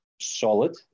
solid